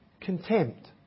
Contempt